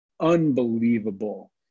Unbelievable